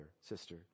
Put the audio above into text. sister